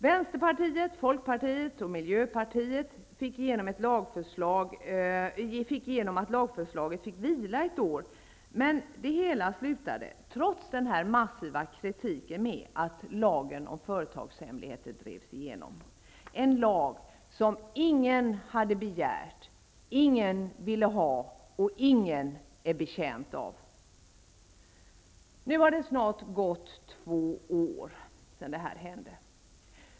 Vänsterpartiet, Folkpartiet och Miljöpartiet fick igenom att lagförslaget vilade ett år. Men det hela slutade -- trots den massiva kritiken -- med att lagen om företagshemligheter drevs igenom. Det var en lag som ingen hade begärt, ingen ville ha och ingen är betjänt av. Nu har det snart gått två år sedan detta hände.